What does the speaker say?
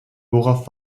worauf